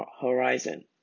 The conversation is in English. horizon